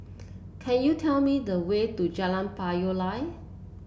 can you tell me the way to Jalan Payoh Lai